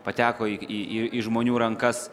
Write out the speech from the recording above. pateko į į į žmonių rankas